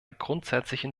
grundsätzlichen